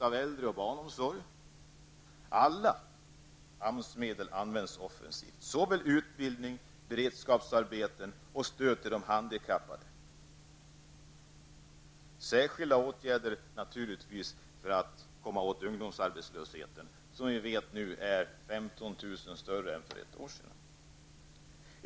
Alla AMS-medel används offensivt, för såväl utbildning, beredskapsarbeten som stöd till de handikappade samt naturligtvis särskilda åtgärder för att komma åt ungdomsarbetslösheten som nu omfattar 15 000 fler än för ett år sedan.